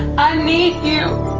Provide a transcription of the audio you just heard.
i need you.